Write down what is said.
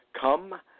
come